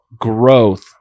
growth